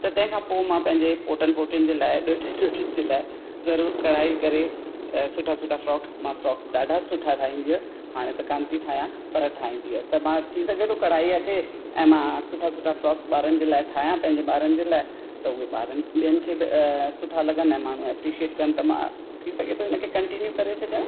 तंहिंखां पोइ मां पंहिंजे पोटनि पोटिनि जे लाइ ॾोहिटे ॾोहिटिनि जे लाइ ज़रूरु कढ़ाई करे सुठा सुठा फ़्रोक मां फ़्रोक्स ॾाढा सुठा ठाहींदी हुअसि हाणे त कान थी ठाहियां पर ठाहींदी हुअसि त मां थी सघे थो कढ़ाई अचे ऐं मां सुठा सुठा फ़्रोक्स ॿारनि जे लाइ ठाहियां पंहिंजे ॿारनि जे लाइ त उहा ॿारनि ॿियनि खे बि सुठा लॻनि ऐं माण्हू एप्रीशिएट कनि त मां थी सघे थो हिनखे कंटीन्यू करे छॾियां